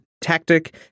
tactic